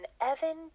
Evan